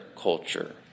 culture